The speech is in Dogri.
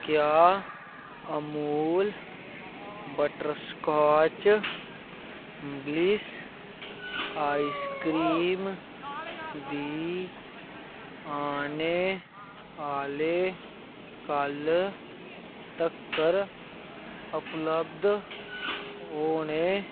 क्या अमूल बटर स्काॅच वल्सि आइसक्रीम दी आने आह्ले कल तकर उपलब्द होने